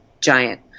giant